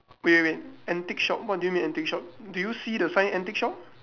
wait wait wait antique shop what do you mean antique shop did you see the sign antique shop